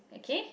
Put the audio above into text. okay